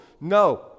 no